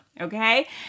Okay